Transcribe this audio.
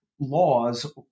laws